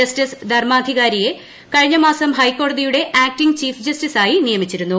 justice ധർമാധികാരിയെ കഴിഞ്ഞ മാസം ഹൈക്കോടതിയുടെ ആക്ടിങ്ങ് ചീഫ് ജസ്റ്റിസായി നിയമിച്ചിരുന്നു